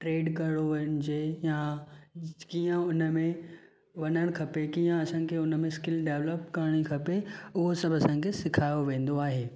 trade करिणो हुजे यां कीअं उनमें वञणु खपे कीअं असांखे उनमें स्किल विकसित करिणी खपे उहो सभु असांखे सेखाररियो वेन्दो आहे